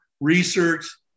research